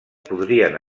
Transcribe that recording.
podrien